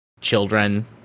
children